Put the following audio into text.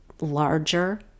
larger